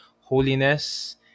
holiness